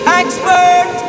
expert